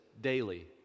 daily